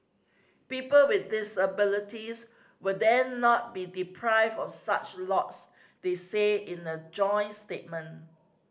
people with disabilities will then not be deprived of such lots they said in a joint statement